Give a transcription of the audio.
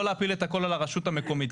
לא להפיל הכל על הרשות המקומית.